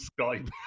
skype